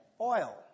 Oil